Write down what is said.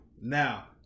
Now